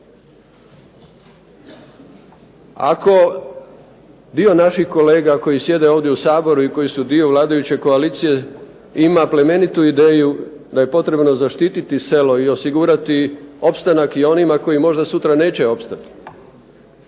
Ako dio naših kolega koji sjede ovdje u Saboru i koji su dio vladajuće koalicije ima plemenitu ideju da je potrebno zaštititi selo i osigurati opstanak i onima koji možda sutra neće opstati,